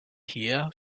hier